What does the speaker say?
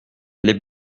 les